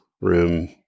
room